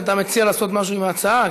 אתה מציע לעשות משהו עם ההצעה,